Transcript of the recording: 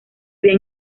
había